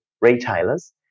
retailers